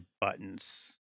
buttons